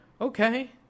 okay